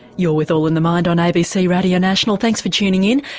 you know with all in the mind on abc radio national, thanks for tuning in.